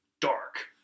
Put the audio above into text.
dark